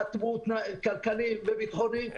חתמו הסכמים כלכליים וביטחוניים,